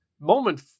moment